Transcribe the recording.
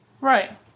Right